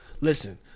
listen